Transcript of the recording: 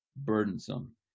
Burdensome